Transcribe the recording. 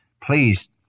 Please